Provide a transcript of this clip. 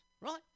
right